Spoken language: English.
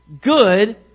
good